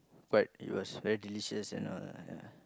quite it was very delicious and know ya